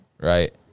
right